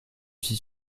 suis